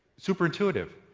super intuitive.